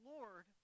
Lord